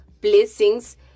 blessings